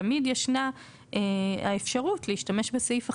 תמיד ישנה אפשרות להשתמש בסעיף החריגים.